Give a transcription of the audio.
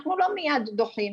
אנחנו לא מיד דוחים.